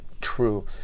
true